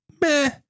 meh